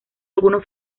algunos